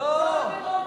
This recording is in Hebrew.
גם בדרום העיר,